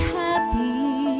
happy